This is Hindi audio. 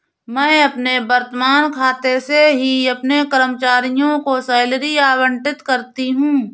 मैं अपने वर्तमान खाते से ही अपने कर्मचारियों को सैलरी आबंटित करती हूँ